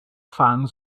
fans